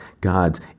God's